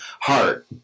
heart